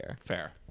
Fair